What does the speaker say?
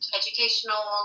educational